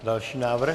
Další návrh.